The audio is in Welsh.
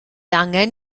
angen